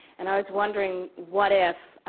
and i was wondering what if,